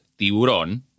tiburón